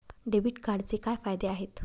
Debit कार्डचे काय फायदे आहेत?